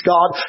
God